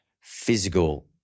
physical